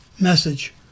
message